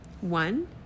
One